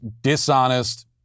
dishonest